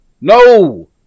No